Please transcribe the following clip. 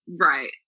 right